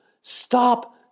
stop